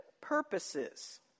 purposes